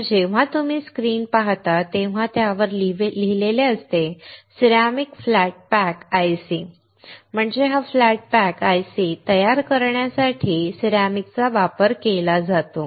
तर जेव्हा तुम्ही स्क्रीन पाहता तेव्हा त्यावर लिहिलेले असते सिरेमिक फ्लॅट पॅक आयसी म्हणजे हा फ्लॅट पॅक आयसी तयार करण्यासाठी सिरॅमिकचा वापर केला जातो